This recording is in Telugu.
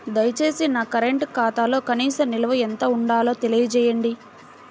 దయచేసి నా కరెంటు ఖాతాలో కనీస నిల్వ ఎంత ఉండాలో తెలియజేయండి